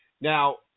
Now